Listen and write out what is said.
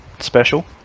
special